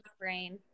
brain